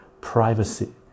privacy